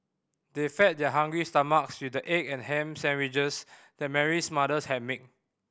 they fed their hungry stomachs with the egg and ham sandwiches that Mary's mother had made